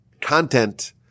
content